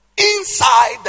Inside